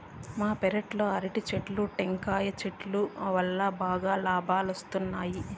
మా పెరట్లో అరటి చెట్లు, టెంకాయల చెట్టు వల్లా బాగా లాబాలొస్తున్నాయి